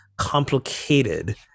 complicated